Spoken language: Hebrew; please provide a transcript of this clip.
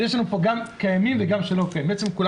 יש פה גם קיימים וגם שלא קיימים.